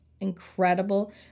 incredible